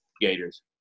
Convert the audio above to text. Gators